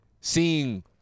Seeing